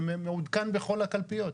זה מעודכן בכל הקלפיות.